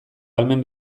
ahalmen